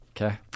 Okay